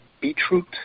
beetroot